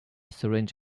syringe